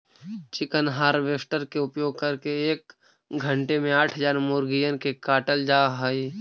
chicken harvester के उपयोग करके एक घण्टे में आठ हजार मुर्गिअन के काटल जा हई